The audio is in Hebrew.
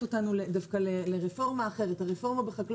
לוקחת את זה לרפורמה בחקלאות,